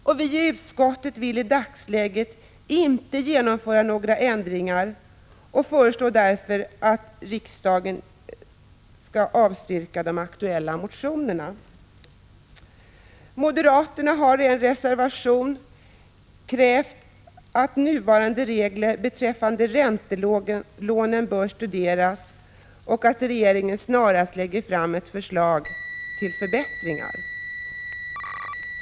Vi i utskottet vill i dagsläget inte genomföra några ändringar och föreslår därför riksdagen att avstyrka de aktuella motionerna. Moderaterna har i en reservation krävt att nuvarande regler beträffande räntelånen bör studeras och att regeringen snarast lägger fram förslag till förbättringar.